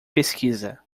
pesquisa